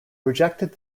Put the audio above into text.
rejected